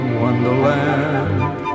wonderland